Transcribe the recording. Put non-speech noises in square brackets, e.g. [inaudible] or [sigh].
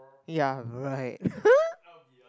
ya right [laughs]